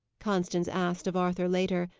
constance asked of arthur later,